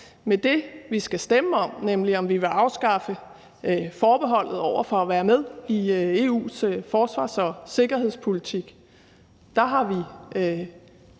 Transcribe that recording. Men det, vi skal stemme om, nemlig om vi vil afskaffe forbeholdet over for at være med i EU's forsvars- og sikkerhedspolitik,